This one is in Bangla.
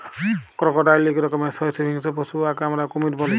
ক্রকডাইল ইক রকমের সরীসৃপ হিংস্র পশু উয়াকে আমরা কুমির ব্যলি